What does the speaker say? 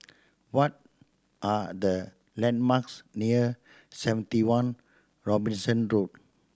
what are the landmarks near Seventy One Robinson Road